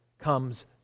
comes